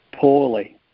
poorly